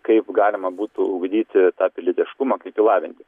kaip galima būtų ugdyti tą pilietiškumą kaip jį lavinti